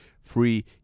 free